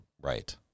Right